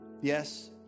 yes